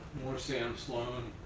more sam sloan.